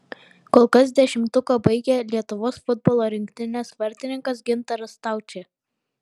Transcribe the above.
kol kas dešimtuką baigia lietuvos futbolo rinktinės vartininkas gintaras staučė